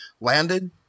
landed